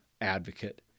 advocate